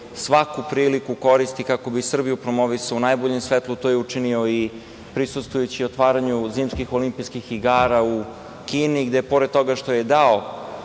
svaku priliku koristi kako bi Srbiju promovisao u najboljem svetlu. To je učinio i prisustvujući otvaranju zimskim olimpijskih igara u Kini, gde pored toga što je dao